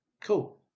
cool